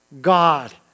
God